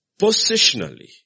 positionally